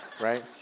right